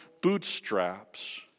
bootstraps